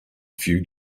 few